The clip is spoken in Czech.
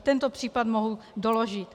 Tento případ mohu doložit.